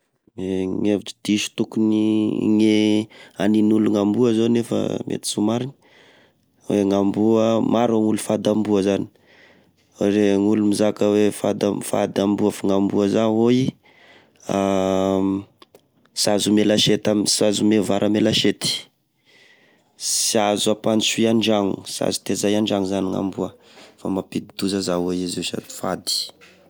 Gne hevitry diso tokony gne anin'olo gnamboa zao nefa mety tsy ho mariny, ny amboa, maro gn'olo fady amboa zany! Gn'olo mizaka oe fady amboa gnamboa za oi sy azo ome lasiety am- sy azo ome vary ame lasety, sy azo apandrosoy andragno, sy azo tezay andragno zany gn'amboa fa mapidi-doza za oe izy sady fady.